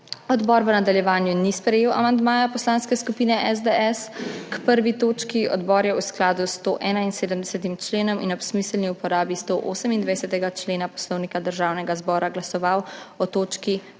Odbor v nadaljevanju ni sprejel amandmaja Poslanske skupine SDS k 1. točki. Odbor je v skladu s 171. členom in ob smiselni uporabi 128. člena Poslovnika Državnega zbora glasoval o točki